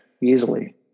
easily